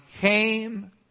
came